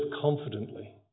confidently